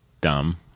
dumb